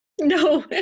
No